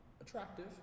attractive